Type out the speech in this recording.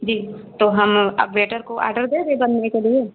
जी तो हम अब वेटर को आडर दे दें बनने के लिए